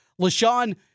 LaShawn